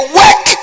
work